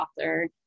author